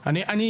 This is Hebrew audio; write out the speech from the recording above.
צעדים,